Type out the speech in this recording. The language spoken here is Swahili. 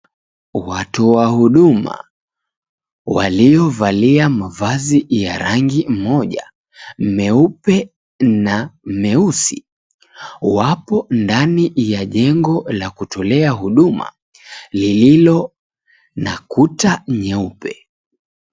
Watu wa huduma waliovalia mavazi ya rangi moja meupe na meusi, wapo ndani ya jengo la kutolea huduma, lililo na kuta nyeupe.